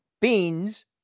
Beans